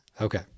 Okay